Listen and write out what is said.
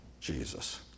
Jesus